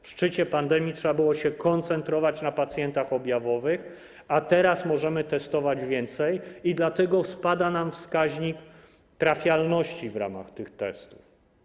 W szczycie pandemii trzeba było się koncentrować na pacjentach objawowych, a teraz możemy testować więcej i dlatego spada nam wskaźnik trafialności w ramach tych testów.